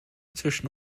zwischen